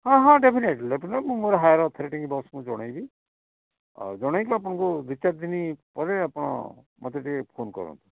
ହଁ ହଁ definitely definitely ମୁଁ ମୋର ହାୟର୍ ଅଥରିଟିଙ୍କୁ ବସ୍ଙ୍କୁ ମୁଁ ଜଣେଇବି ଆଉ ଜଣେଇକି ଆପଣଙ୍କୁ ଦୁଇ ଚାରିଦିନ ପରେ ଆପଣ ମୋତେ ଟିକିଏ ଫୋନ୍ କରନ୍ତୁ